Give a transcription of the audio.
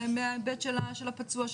מההיבט של הפצוע,